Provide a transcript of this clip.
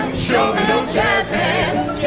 show me those hands,